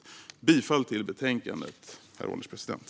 Jag yrkar bifall till förslaget i betänkandet.